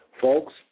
Folks